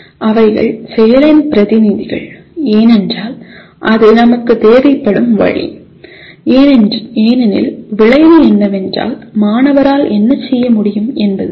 அவைகள் செயலின் பிரதிநிதிகள் ஏனென்றால் அது நமக்குத் தேவைப்படும் வழி ஏனெனில் விளைவு என்னவென்றால் மாணவரால் என்ன செய்ய முடியும் என்பதுதான்